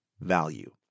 value